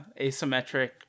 Asymmetric